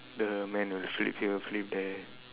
the man who flip here flip there